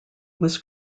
was